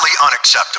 unacceptable